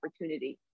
opportunity